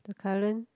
the current